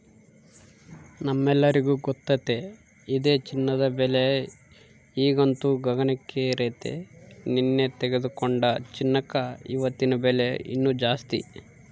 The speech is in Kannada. ನಮ್ಮೆಲ್ಲರಿಗೂ ಗೊತ್ತತೆ ಇದೆ ಚಿನ್ನದ ಬೆಲೆ ಈಗಂತೂ ಗಗನಕ್ಕೇರೆತೆ, ನೆನ್ನೆ ತೆಗೆದುಕೊಂಡ ಚಿನ್ನಕ ಇವತ್ತಿನ ಬೆಲೆ ಇನ್ನು ಜಾಸ್ತಿ